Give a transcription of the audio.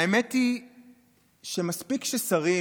האמת היא שמספיק ששרים